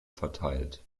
verteilt